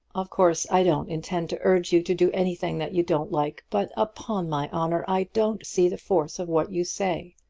of course i don't intend to urge you to do anything that you don't like but upon my honour i don't see the force of what you say.